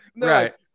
Right